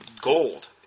Gold